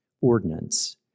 ordinance